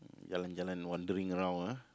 jalan-jalan wondering around ah